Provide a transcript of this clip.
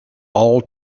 all